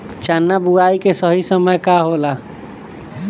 चना बुआई के सही समय का होला?